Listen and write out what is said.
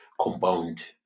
compound